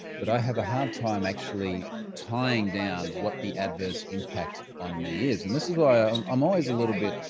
but i have a hard time actually tying down what the adverse impact on me is. and this is why i'm um always a little bit,